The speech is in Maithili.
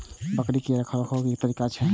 बकरी के रखरखाव के कि तरीका छै?